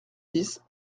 dix